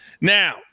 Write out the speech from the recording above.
Now